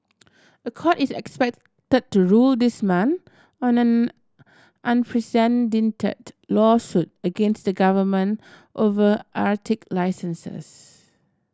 a court is expected to rule this month on an unprecedented lawsuit against the government over Arctic licenses